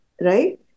right